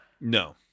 No